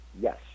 Yes